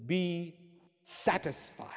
be satisfied